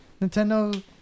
Nintendo